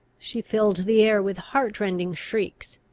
she filled the air with heart-rending shrieks.